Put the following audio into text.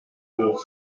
pour